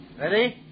Ready